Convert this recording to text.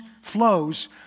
flows